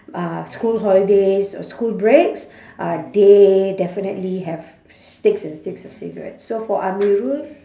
uh school holidays or school breaks uh they definitely have sticks and sticks of cigarettes so for amirul